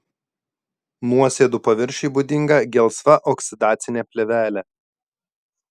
nuosėdų paviršiui būdinga gelsva oksidacinė plėvelė